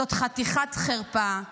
זאת חתיכת חרפה.